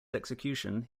execution